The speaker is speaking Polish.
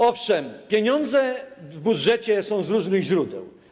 Owszem, pieniądze w budżecie są z różnych źródeł.